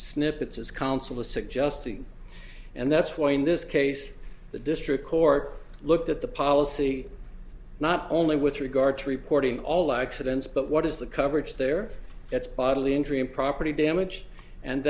snippets as counsel is suggesting and that's why in this case the district court looked at the policy not only with regard to reporting all accidents but what is the coverage there that's bodily injury in property damage and